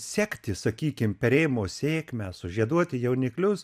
sekti sakykim perėjimo sėkmę sužieduoti jauniklius